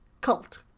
cult